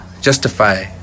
justify